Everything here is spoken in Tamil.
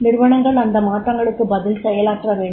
நிறுவனங்கள் அந்த மாற்றங்களுக்கு பதில் செயலாற்ற வேண்டும்